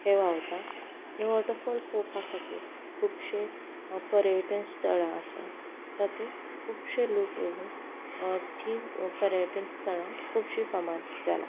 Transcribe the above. हे व्हांवता तो वॉटरफॉल पळोवपा खातीर खुबशे पर्यटन स्थळां आसा तातूं खुबशे लोक येवन तीं पर्यटन स्थळां खुबशीं फामाद जालां